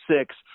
six